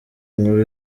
nkuru